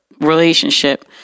relationship